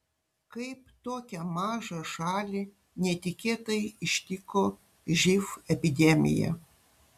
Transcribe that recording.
kaip tokią mažą šalį netikėtai ištiko živ epidemija